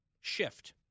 shift